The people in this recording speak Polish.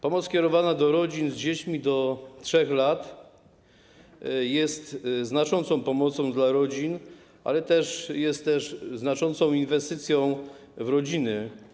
Pomoc kierowana do rodzin z dziećmi do 3 lat jest znaczącą pomocą dla rodzin, ale jest też znaczącą inwestycją w rodziny.